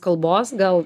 kalbos gal